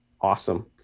awesome